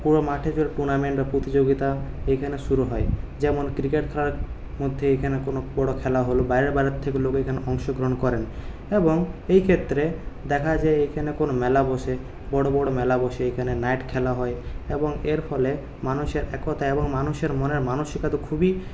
পুরো মাঠে জুড়ে টুর্নামেন্টের প্রতিযোগিতা এইখানে শুরু হয় যেমন ক্রিকেট খেলার মধ্যে এইখানে কোনো বড়ো খেলা হল বাইরে বাইরের থেকে লোকে এখানে অংশগ্রহণ করেন এবং এই ক্ষেত্রে দেখা যায় এখানে কোনো মেলা বসে বড়ো বড়ো মেলা বসে এখানে নাইট খেলা হয় এবং এর ফলে মানুষের একতা এবং মানুষের মনের মানসিকতা খুবই